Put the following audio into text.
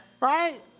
Right